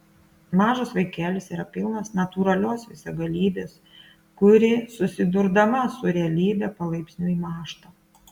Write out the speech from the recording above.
mažas vaikelis yra pilnas natūralios visagalybės kuri susidurdama su realybe palaipsniui mąžta